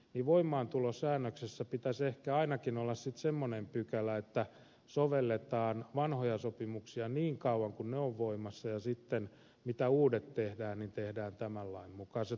voimaantulosäännöksessä pitäisi ehkä ainakin olla sitten semmoinen pykälä että sovelletaan vanhoja sopimuksia niin kauan kuin ne ovat voimassa ja sitten kun uusia tehdään ne tehdään tämän lain mukaan